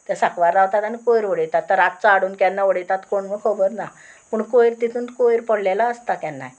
ते साकवार रावतात आनी कोयर उडयतात तर रातचो हाडून केन्ना उडयतात कोण खबर ना पूण कोयर तितून कोयर पडलेलो आसता केन्नाय